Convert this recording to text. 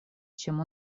чем